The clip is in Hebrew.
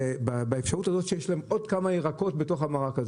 באפשרות הזאת שיש עוד כמה ירקות במרק,